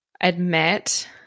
admit